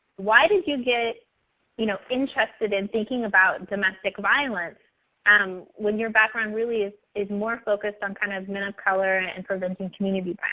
why did you get you know interested in thinking about domestic violence um when your background, really, is is more focused on kind of men of color and preventing community